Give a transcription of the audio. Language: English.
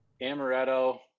Amaretto